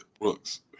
Brooks